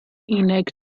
unig